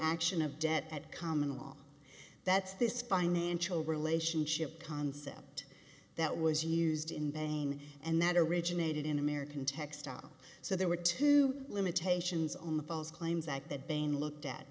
action of debt at common law that's this financial relationship concept that was used in bang and that originated in american textile so there were two limitations on the false claims act that being looked at